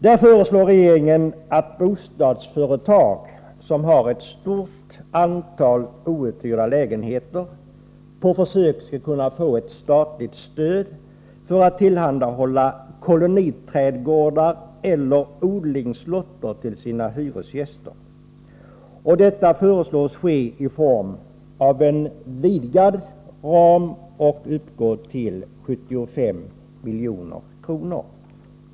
Där föreslår regeringen att bostadsföretag som har ett stort antal outhyrda lägenheter på försök skall kunna få statligt stöd för att tillhandahålla koloniträdgårdar eller odlingslotter till sina hyresgäster. Detta stöd föreslås ske i form av en vidgad ram och uppgå till 75 milj.kr.